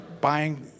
buying